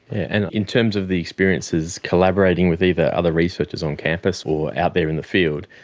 and in terms of the experiences, collaborating with either other researchers on campus or out there in the field,